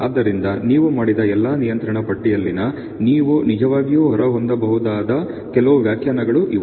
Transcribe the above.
ಆದ್ದರಿಂದ ನೀವು ಮಾಡಿದ ಎಲ್ಲಾ ನಿಯಂತ್ರಣ ಪಟ್ಟಿಯಲ್ಲಿನ ಪ್ರಯೋಗಗಳಿಂದ ನೀವು ನಿಜವಾಗಿಯೂ ಹೊಂದಬಹುದಾದ ಕೆಲವು ವ್ಯಾಖ್ಯಾನಗಳು ಇವು